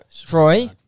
Troy